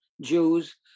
Jews